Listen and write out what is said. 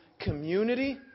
community